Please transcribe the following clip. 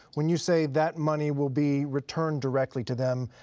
when you say that money will be returned directly to them,